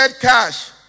cash